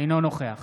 אינו נוכח